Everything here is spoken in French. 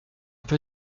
peu